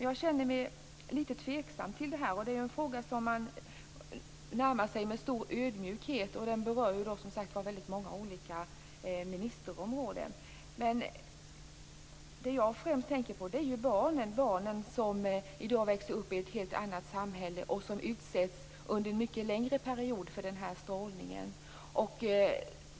Jag känner mig litet tveksam till det. Detta är en fråga som man närmar sig med stor ödmjukhet, och den berör som sagt väldigt många olika ministerområden. Det jag främst tänker på är barnen. De barn som nu växer upp lever i ett helt annat samhälle och utsätts under en mycket längre period för strålningen.